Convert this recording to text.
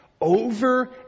over